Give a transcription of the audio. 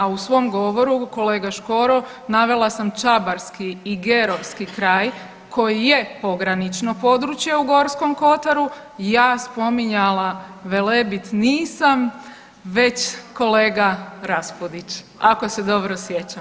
A u svom govoru kolega Škoro navela sam čabarski i gerovski kraj koji je pogranično područje u Gorskom kotaru i ja spominjala Velebit nisam već kolega RAspudić ako se dobro sjećam.